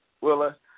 Willa